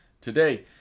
today